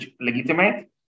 legitimate